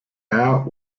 out